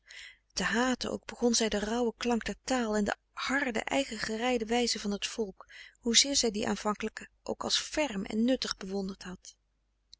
koele meren des doods den rauwen klank der taal en de harde eigengereide wijze van het volk hoezeer zij die aanvankelijk ook als ferm en nuttig bewonderd had